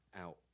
out